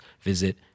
visit